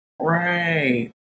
right